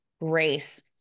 grace